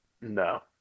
No